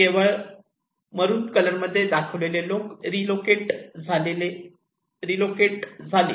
केवळ maroon colour मध्ये दाखविलेले लोक रीलोकेट झालीत